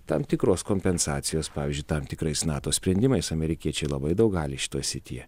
tam tikros kompensacijos pavyzdžiui tam tikrais nato sprendimais amerikiečiai labai daug gali šitoj srityje